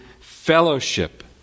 fellowship